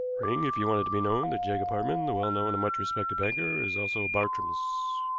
ring if you want it to be known that jacob hartmann, the well-known and much respected banker, is also bartrams,